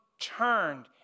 turned